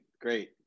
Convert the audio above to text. great